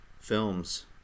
films